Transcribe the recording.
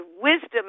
wisdom